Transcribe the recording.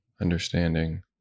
understanding